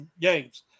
games